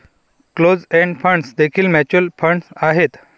closed end funds देखील mutual fund आहेत